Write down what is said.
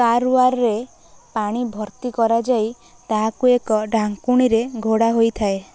କାର୍ୱାରେ ପାଣି ଭର୍ତ୍ତି କରାଯାଇ ତାହାକୁ ଏକ ଢ଼ାଙ୍କୁଣୀରେ ଘୋଡ଼ା ହୋଇଥାଏ